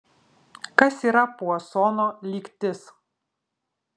kas yra puasono lygtis